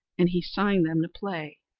and he signed them to play.